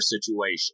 situation